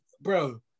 bro